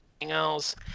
else